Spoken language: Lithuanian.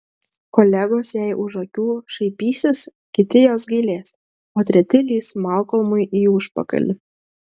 kolegos jai už akių šaipysis kiti jos gailės o treti lįs malkolmui į užpakalį